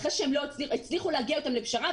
אחרי שהצליחו להגיע אתם לפשרה,